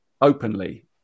openly